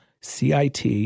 CIT